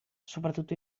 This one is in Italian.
soprattutto